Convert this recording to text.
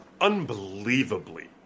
unbelievably